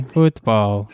Football